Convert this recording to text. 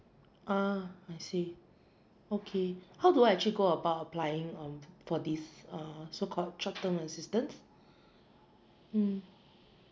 ah I see okay how do I actually go about applying um for this uh so called short term assistance mm